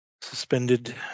suspended